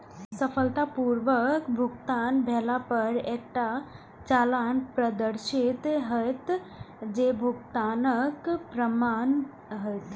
सफलतापूर्वक भुगतान भेला पर एकटा चालान प्रदर्शित हैत, जे भुगतानक प्रमाण हैत